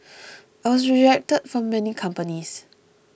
I was rejected from many companies